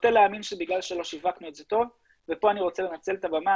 נוטה להאמין שבגלל שלא שיווקנו את זה ופה אני רוצה לנצל את הבמה,